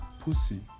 pussy